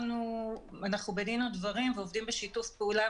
אנחנו בדין ודברים ועובדים בשיתוף פעולה